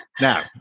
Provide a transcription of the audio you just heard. now